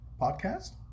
podcast